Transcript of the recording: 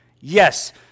yes